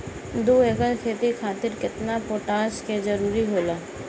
दु एकड़ खेती खातिर केतना पोटाश के जरूरी होला?